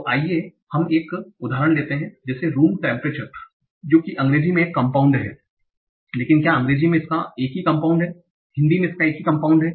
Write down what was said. तो आइए हम एक उदाहरण लेते हैं जैसे कि रूम टेम्परेचर जो कि अंग्रेजी में एक कम्पाउण्ड है लेकिन क्या हिंदी में भी इसका एक कम्पाउण्ड है